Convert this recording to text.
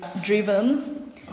driven